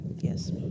Yes